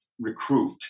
recruit